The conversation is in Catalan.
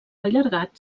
allargat